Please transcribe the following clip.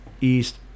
east